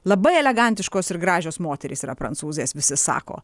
labai elegantiškos ir gražios moterys yra prancūzės visi sako